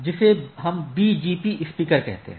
जिसे हम BGP speaker कहते हैं